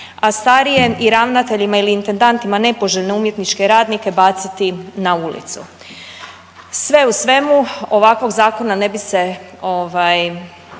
a starije i ravnateljima ili intendantima nepoželjne umjetničke radnike baciti na ulicu. Sve u svemu ovakvog zakona ne bi se